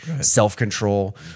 self-control